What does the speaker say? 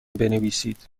بنویسید